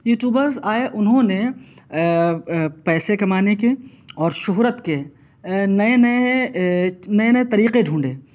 YouTubers آئے انہوں نے پیسے کمانے کے اور شہرت کے نئے نئے نئے نئےطریقے ڈھونڈے